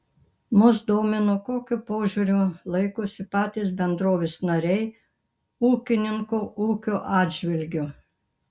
mus domino kokio požiūrio laikosi patys bendrovės nariai ūkininko ūkio atžvilgiu